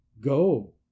Go